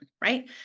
right